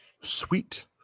Sweet